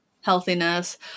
healthiness